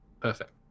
Perfect